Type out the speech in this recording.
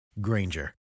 Granger